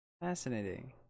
fascinating